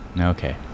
Okay